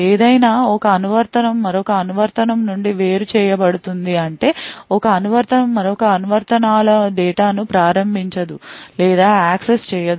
ఏదేమైనా ఒక అనువర్తనం మరొక అనువర్తనం నుండి వేరుచేయబడుతుంది అంటే ఒక అనువర్తనం మరొక అనువర్తనాల డేటాను ప్రారంభించదు లేదా యాక్సెస్ చేయదు